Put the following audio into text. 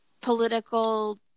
political